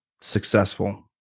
successful